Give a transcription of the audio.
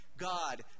God